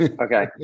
Okay